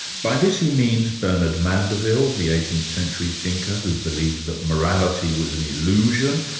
by this he means bernard mandeville, the eighteenth century thinker who believed that morality was an illusion,